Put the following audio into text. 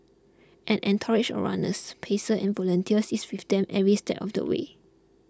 an entourage of runners pacers and volunteers is with them every step of the way